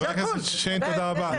חבר הכנסת שיין, תודה רבה.